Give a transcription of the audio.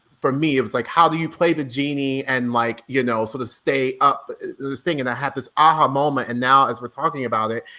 for me, it was like, how do you play the genie and like, you know, sort of stay up this thing, and i had this aha moment and now as we're talking about it,